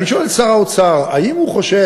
אני שואל את שר האוצר: האם הוא חושב,